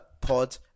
pod